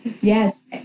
Yes